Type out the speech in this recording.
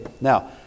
Now